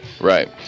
Right